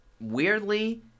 Weirdly